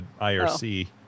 IRC